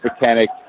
mechanic